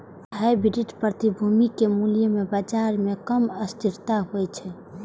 hybrid प्रतिभूतिक मूल्य मे बाजार मे कम अस्थिरता होइ छै